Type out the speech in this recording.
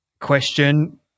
question